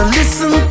listen